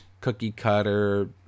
cookie-cutter